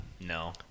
No